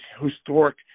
historic